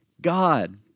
God